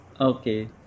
Okay